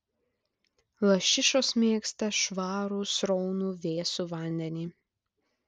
lašišos mėgsta švarų sraunų vėsų vandenį